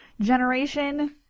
generation